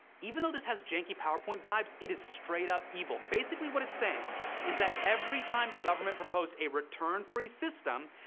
even though this has janky powerpoint vibes, it is straight up evil. basically what it's saying is that every time the government proposed a return-free system,